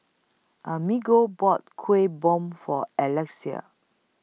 Amerigo bought Kuih Bom For Alexys